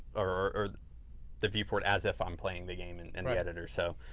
or the viewport as if i'm playing the game in and the editor. so,